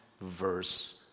verse